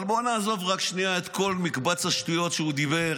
אבל בואו נעזוב שנייה את כל מקבץ השטויות שהוא דיבר